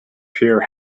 pure